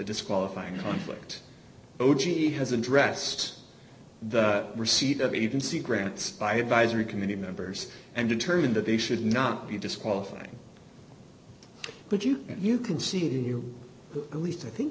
disqualifying conflict o g has addressed the receipt of even see grants by advisory committee members and determine that they should not be disqualifying but you you can see it in you at least i think